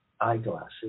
eyeglasses